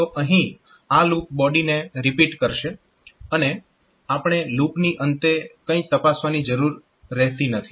તો અહીં આ લૂપ બોડીને રિપીટ કરશે અને આપણે લૂપની અંતે કંઈ તપાસવાની જરૂર રહેતી નથી